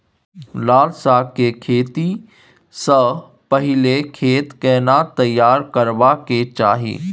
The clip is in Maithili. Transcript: लाल साग के खेती स पहिले खेत केना तैयार करबा के चाही?